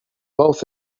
both